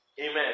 Amen